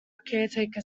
caretaker